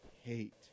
hate